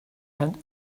and